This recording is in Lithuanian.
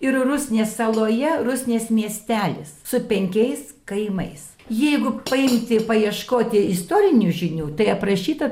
ir rusnės saloje rusnės miestelis su penkiais kaimais jeigu paimti paieškoti istorinių žinių tai aprašyta